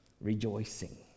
Rejoicing